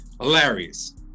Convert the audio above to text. hilarious